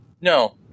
No